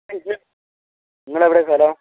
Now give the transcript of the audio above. നിങ്ങളെവിടെ സ്ഥലം